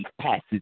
passage